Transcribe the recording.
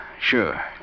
sure